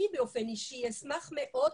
אני באופן אישי אשמח מאוד,